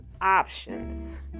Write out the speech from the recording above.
options